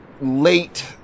late